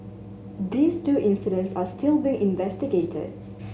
these two incidents are still being investigated